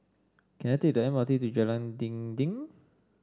can I take the M R T to Jalan Dinding